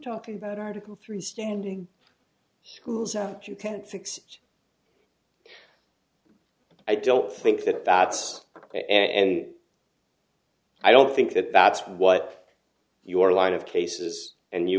talking about article three standing schools or you can't fix it i don't think that that's ok and i don't think that that's what your line of cases and you